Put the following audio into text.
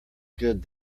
good